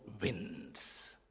wins